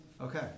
Okay